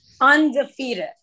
undefeated